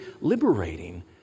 liberating